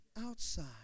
outside